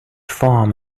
farm